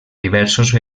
diversos